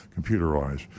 computerized